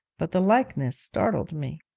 but the likeness startled me.